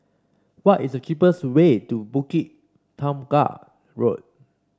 what is the cheapest way to Bukit Tunggal Road